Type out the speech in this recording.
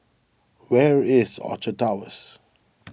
where is Orchard Towers